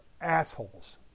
assholes